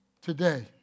today